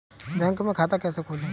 Bank में खाता कैसे खोलें?